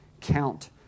count